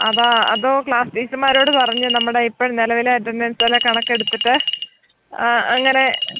അതാ അതോ ക്ലാസ് ടീച്ചർമാരോട് പറഞ്ഞ് നമ്മുടെ ഇപ്പം നിലവിൽ അറ്റൻറ്റൻസിലെ കണക്ക് എടുത്തിട്ട് അങ്ങനെ